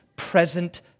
Present